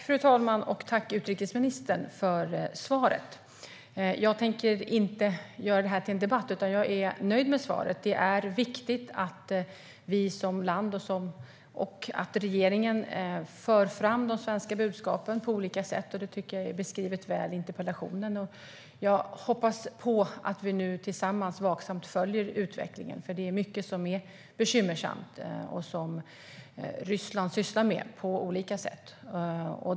Fru talman! Tack, utrikesministern, för svaret! Jag tänker inte göra det här till en debatt, utan jag är nöjd med svaret. Det är viktigt att vi som land och regeringen på olika sätt för fram de svenska budskapen, och det tycker jag är väl beskrivet i interpellationssvaret. Jag hoppas att vi tillsammans vaksamt följer utvecklingen, för det är mycket som är bekymmersamt i det som Ryssland sysslar med.